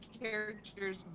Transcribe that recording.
characters